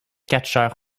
catcheur